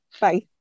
Bye